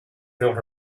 filled